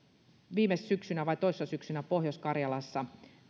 viime syksynä vai toissa syksynä pohjois karjalassa